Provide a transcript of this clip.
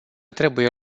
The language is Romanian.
trebuie